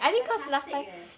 sarcastic eh